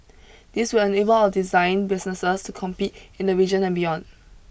this will enable our design businesses to compete in the region and beyond